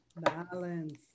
balance